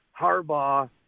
Harbaugh